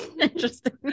Interesting